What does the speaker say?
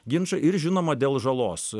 ginčai ir žinoma dėl žalos